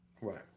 right